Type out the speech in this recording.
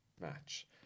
match